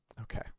Okay